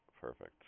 Perfect